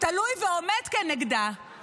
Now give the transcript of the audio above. תלוי ועומד כנגדה,